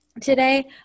today